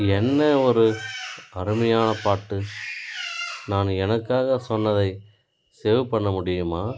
என்ன ஒரு அருமையான பாட்டு நான் எனக்காக சொன்னதை சேவ் பண்ண முடியுமா